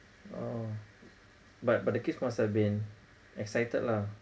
oh but but the kids must have've been excited lah